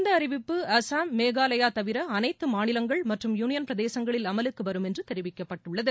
இந்த அறிவிப்பு அஸ்ஸாம் மேகாலயா தவிர அனைத்து மாநிலங்கள் மற்றும் யூனியன் பிரதேசங்களில் அமலுக்கு வரும் என்று தெரிவிக்கப்பட்டுள்ளது